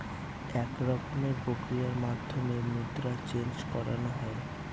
এক রকমের প্রক্রিয়ার মাধ্যমে মুদ্রা চেন্জ করানো হয়